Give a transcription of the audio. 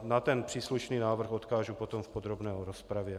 Na příslušný návrh odkážu potom v podrobné rozpravě.